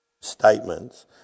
statements